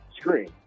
screen